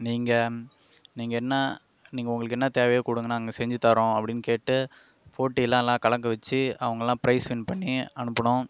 நீங்கள் நீங்கள் என்ன நீங்கள் உங்களுக்கு என்ன தேவையோ கொடுங்க நாங்கள் செஞ்சி தரோம் அப்படினு கேட்டு போட்டியெலாம் எல்லாம் கலக்க வச்சி அவங்களாம் ப்ரைஸ் வின் பண்ணி அனுப்பினோம்